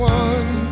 one